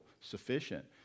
sufficient